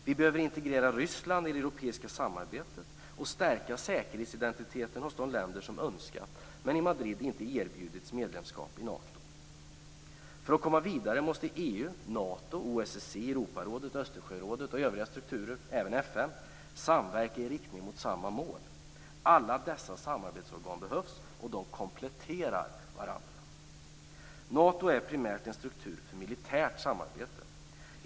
Vi behöver integrera Ryssland i det europeiska samarbetet och stärka säkerhetsidentiteten hos de länder som önskat men i Madrid inte erbjudits medlemskap i Nato. För att komma vidare måste EU, Nato, OSSE, Europarådet, Östersjörådet och övriga strukturer, även FN, samverka i riktning mot samma mål. Alla dessa samarbetsorgan behövs, och de kompletterar varandra. Nato är primärt en struktur för militärt samarbete.